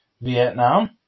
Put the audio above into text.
Vietnam